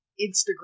instagram